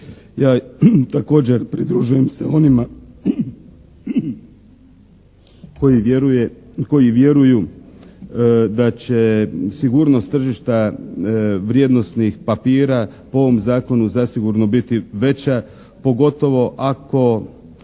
Ja također pridružujem se onima koji vjeruju da će sigurnost tržišta vrijednosnih papira po ovom zakonu zasigurno biti veća pogotovo ako